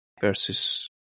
versus